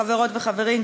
חברות וחברים,